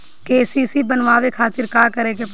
KCC बनवावे खातिर का करे के पड़ी?